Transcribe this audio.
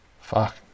fuck